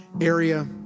area